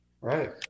Right